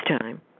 time